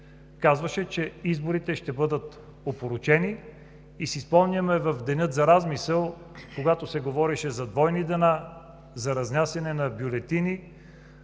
казваше, че изборите ще бъдат опорочени. И си спомняме в деня за размисъл, когато се говореше за двойни дела, за разнасяне на бюлетини.